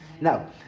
Now